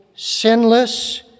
sinless